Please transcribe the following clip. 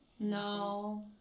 No